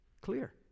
clear